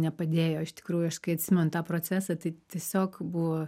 nepadėjo iš tikrųjų aš kai atsimenu tą procesą tai tiesiog buvo